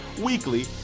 weekly